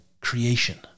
creation